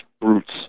brutes